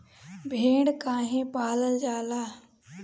भेड़ काहे पालल जाला?